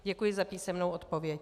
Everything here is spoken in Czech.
Děkuji za písemnou odpověď.